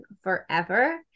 forever